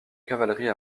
cavalerie